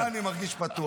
-- איתך אני מרגיש פתוח.